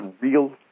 real